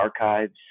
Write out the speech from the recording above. archives